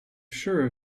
sure